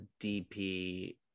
DP